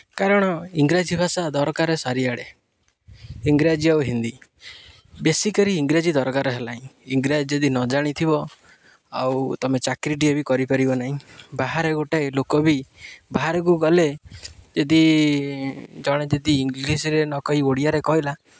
କାରଣ ଇଂରାଜୀ ଭାଷା ଦରକାର ଚାରିଆଡ଼େ ଇଂରାଜୀ ଆଉ ହିନ୍ଦୀ ବେଶୀକରି ଇଂରାଜୀ ଦରକାର ହେଲାଣି ଇଂରାଜୀ ଯଦି ନ ଜାଣିଥିବ ଆଉ ଟୁମେ ଚାକିରିଟିଏ ବି କରିପାରିବ ନାହିଁ ବାହାରେ ଗୋଟାଏ ଲୋକ ବି ବାହାରକୁ ଗଲେ ଯଦି ଜଣେ ଯଦି ଇଂଲିଶ୍ରେ ନ କହି ଓଡ଼ିଆରେ କହିଲା